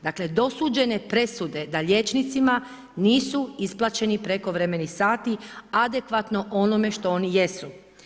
Dakle dosuđene presude da liječnicima nisu isplaćeni prekovremeni sati adekvatno onome što oni jesu.